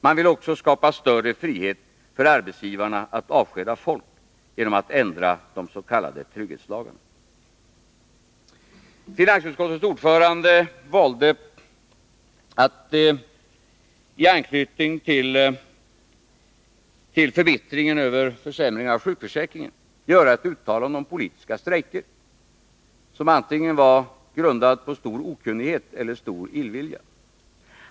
Man vill också skapa större frihet för arbetsgivarna att avskeda folk genom att ändra de s.k. trygghetslagarna. Finansutskottets ordförande gjorde i anknytning till förbittringen över försämringen av sjukförsäkringen ett uttalande om politiska strejker som var grundat antingen på stor okunnighet eller på stor illvilja.